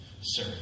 sir